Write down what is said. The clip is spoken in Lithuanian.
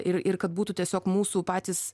ir ir kad būtų tiesiog mūsų patys